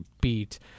beat